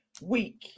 week